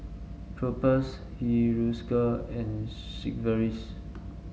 Propass Hiruscar and Sigvaris